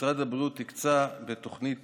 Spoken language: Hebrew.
משרד הבריאות הקצה בתוכנית